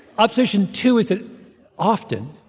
observation two is that often,